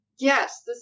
Yes